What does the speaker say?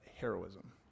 heroism